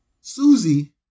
Susie